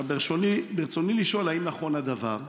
ברצוני לשאול: 1. האם נכון הדבר?